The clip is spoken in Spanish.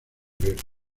abiertos